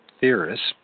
theorists